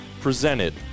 presented